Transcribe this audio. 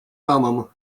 thummim